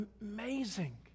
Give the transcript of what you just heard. amazing